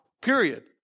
period